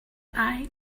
eye